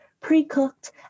pre-cooked